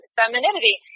femininity